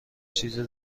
چیزی